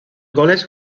goles